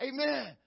Amen